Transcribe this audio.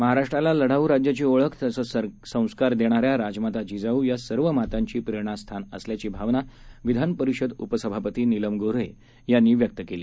महाराष्ट्राला लढाऊ राज्याची ओळख तसंच संस्कार देणाऱ्या राजमाता जिजाऊ या सर्व मातांची प्रेरणास्थान असल्याची भावना विधान परिषद उपसभापती नीलम गो ्हे यांनी व्यक्त केली